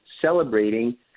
celebrating